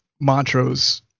Montrose